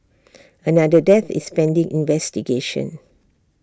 another death is pending investigation